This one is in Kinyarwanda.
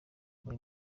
muri